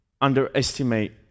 underestimate